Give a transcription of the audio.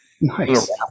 nice